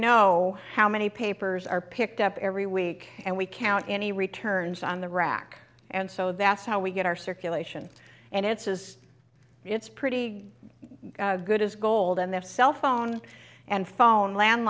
know how many papers are picked up every week and we count any returns on the rock and so that's how we get our circulation and it's is it's pretty good as gold and the cell phone and phone land